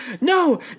no